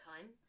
time